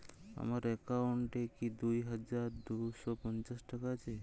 আমার অ্যাকাউন্ট এ কি দুই হাজার দুই শ পঞ্চাশ টাকা আছে?